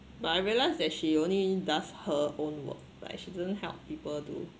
but I realised that she only does her own work like she doesn't help people do